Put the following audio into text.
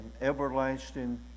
everlasting